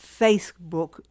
facebook